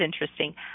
interesting